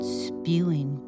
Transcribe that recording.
spewing